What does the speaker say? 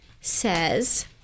says